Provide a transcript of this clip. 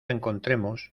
encontremos